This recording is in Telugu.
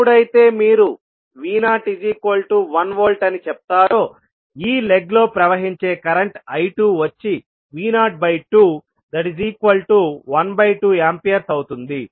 ఎప్పుడైతే మీరు Vo1Vఅని చెప్తారో ఈ లెగ్ లో ప్రవహించే కరెంట్ I2 వచ్చి Vo212Aఅవుతుంది